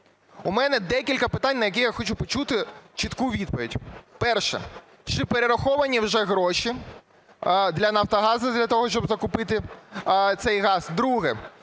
У мене декілька питань, на які я хочу чітку відповідь. Перше. Чи перераховані вже гроші для Нафтогазу для того, щоб закупити цей газ?